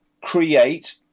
create